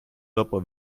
dopo